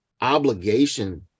obligation